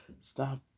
Stop